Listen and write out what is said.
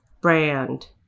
brand